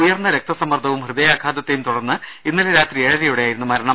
ഉയർന്ന രക്തസമ്മർദ്ദവും ഹൃദയാഘാതത്തെയും തുടർന്ന് ഇന്നലെ രാത്രി ഏഴരയോടെയായിരുന്നു മരണം